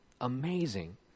amazing